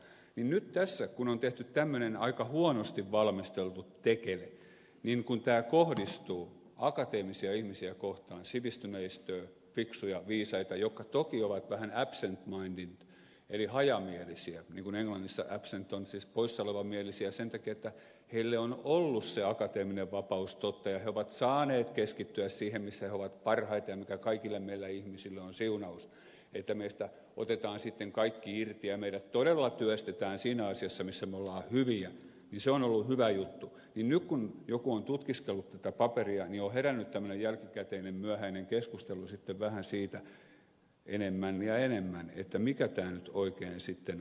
nyt kun tässä on tehty tämmöinen aika huonosti valmisteltu tekele niin kun tämä kohdistuu akateemisia ihmisiä kohtaan sivistyneistöön fiksuja viisaita jotka toki ovat vähän absentminded eli hajamielisiä niin kuin englannissa absent on siis poissaolevan mielisiä sen takia että heille on ollut se akateeminen vapaus totta ja he ovat saaneet keskittyä siihen missä he ovat parhaita ja mikä kaikilla meillä ihmisillä on siunaus että meistä otetaan sitten kaikki irti ja meidät todella työstetään siinä asiassa missä me olemme hyviä niin se on ollut hyvä juttu niin nyt kun joku on tutkiskellut tätä paperia niin on herännyt tämmöinen jälkikäteinen myöhäinen keskustelu sitten vähän siitä enemmän ja enemmän mikä tämä nyt oikein sitten onkaan